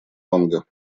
тонга